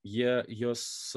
jie juos